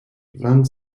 vingt